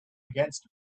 against